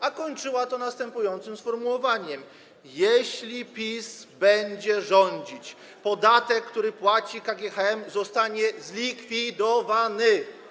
A kończyła to następującym sformułowaniem: Jeśli PiS będzie rządzić, podatek, który płaci KGHM, zostanie zlikwidowany.